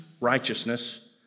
righteousness